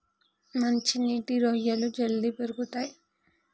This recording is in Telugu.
మంచి నీటి రొయ్యలు జల్దీ పెరుగుతయ్